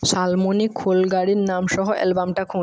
শাল্মণী খোলগাড়ের নাম সহ অ্যালবামটা খোঁ